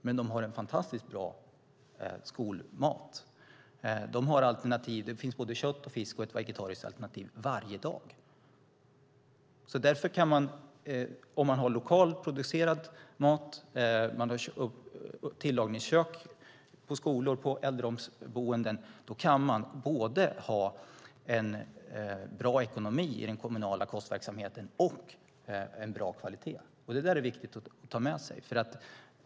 Men de har en fantastiskt bra skolmat. Det finns kött, fisk och ett vegetariskt alternativ varje dag. Om man har lokalt producerad mat och tillagningskök på skolor och äldreboenden kan man både ha en bra ekonomi i den kommunala kostverksamheten och en bra kvalitet. Det är viktigt att ta med sig.